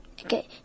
Okay